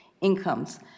incomes